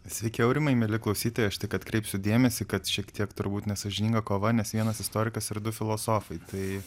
sveiki aurimai mieli klausytojai aš tik atkreipsiu dėmesį kad šiek tiek turbūt nesąžininga kova nes vienas istorikas ir du filosofai tai